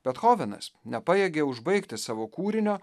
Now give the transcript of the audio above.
bethovenas nepajėgė užbaigti savo kūrinio